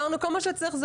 כל מה שאמרנו זה